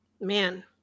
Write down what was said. man